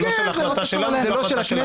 זו לא החלטה שלנו.